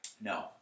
No